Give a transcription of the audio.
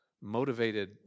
motivated